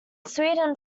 sweden